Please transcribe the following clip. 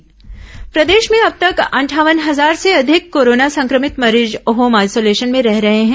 medicine kit प्रदेश में अब तक अंठावन हजार से अधिक कोरोना संक्रमित मरीज होम आइसोलेशन में रह रहे हैं